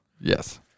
Yes